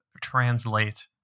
translate